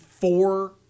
four